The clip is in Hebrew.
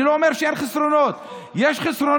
אני לא אומר שאין חסרונות, יש חסרונות.